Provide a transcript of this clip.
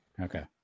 Okay